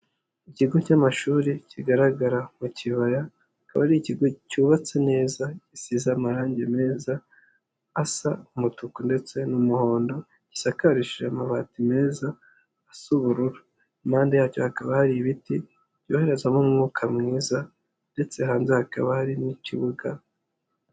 Ikigo cy'amashuri kigaragara mu kibayakaba, akaba ari ikigo cyubatse neza gisize amarangi meza, asa umutuku ndetse n'umuhondo, gisakarishije amabati meza asa ubururu, impande yacyo hakaba hari ibiti byoherezamo umwuka mwiza ndetse hanze hakaba hari n'ikibuga.